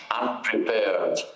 unprepared